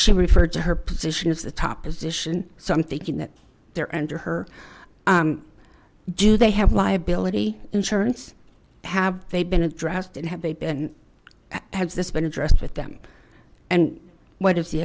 she referred to her position as the top position so i'm thinking that they're under her do they have liability insurance have they been addressed and have they been has this been addressed with them and what is the